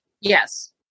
Yes